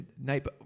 night